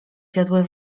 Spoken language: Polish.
wiodły